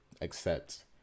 accept